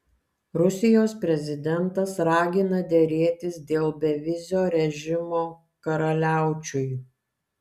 rusijos prezidentas ragina derėtis dėl bevizio režimo karaliaučiui